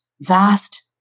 vast